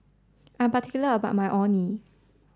I'm particular about my Orh Nee